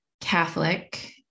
Catholic